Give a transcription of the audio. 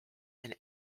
and